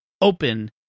open